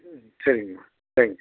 ம் சரிங்கம்மா தேங்க்யூ